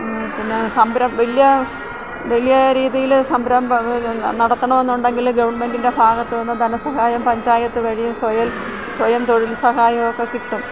പിന്നെ സംരംഭം വലിയ വലിയ രീതിയിൽ സംരംഭങ്ങൾ നടത്തണമെന്നുണ്ടെങ്കിൽ ഗവൺമെൻ്റിൻ്റെ ഭാഗത്ത് നിന്ന് ധന സഹായം പഞ്ചായത്ത് വഴി സ്വയം സ്വയം തൊഴിൽ സഹായമൊക്കെ കിട്ടും